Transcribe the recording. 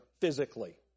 physically